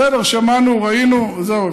בסדר, שמענו, ראינו, זהו.